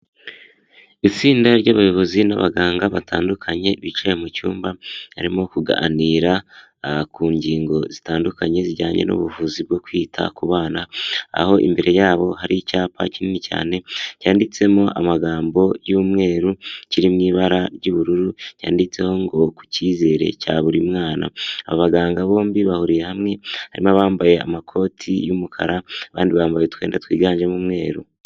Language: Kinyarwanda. Itsinda ry'abayobozi n'abaganga batandukanye bicaye mu cyumba barimo kuganira ku ngingo zitandukanye zijyanye n'ubuvuzi bwo kwita ku bana, aho imbere yAabo hari icyapa kinini cyane cyanditsemo amagambo y'umweru kiri mu ibara ry'ubururu yanditseho ngo ku cyizere cya buri mwana. abaganga bombi bahuriye hamwe, harimo bambaye amakoti y'umukara abandi bambaye utwenda twiganjemo umweru.